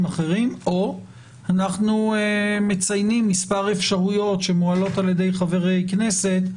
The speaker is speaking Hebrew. אחרים או אנחנו מציעים כמה אפשרויות שמועלות על-ידי חברי כנסת,